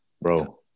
Bro